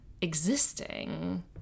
existing